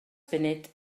funud